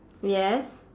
yes